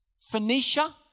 Phoenicia